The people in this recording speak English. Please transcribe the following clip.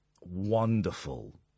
wonderful